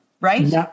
right